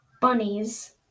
bunnies